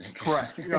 Correct